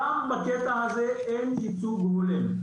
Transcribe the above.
גם בקטע הזה אין ייצוג הולם.